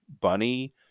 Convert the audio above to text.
Bunny